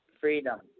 freedom